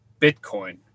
Bitcoin